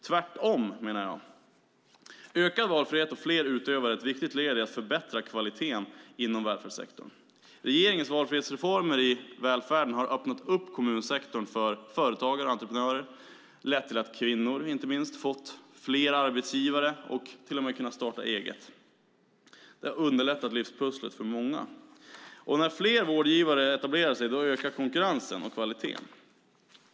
Tvärtom menar jag att ökad valfrihet och fler utövare är ett viktigt led i att förbättra kvaliteten inom välfärdssektorn. Regeringens valfrihetsreformer i välfärden har öppnat upp kommunsektorn för företagare och entreprenörer. Det har lett till att inte minst kvinnor har fått fler arbetsgivare och till och med kunnat starta eget. Det har underlättat livspusslet för många. När fler vårdgivare etablerar sig ökar konkurrensen och kvaliteten.